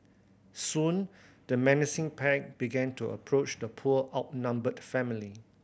soon the menacing pack began to approach the poor outnumbered family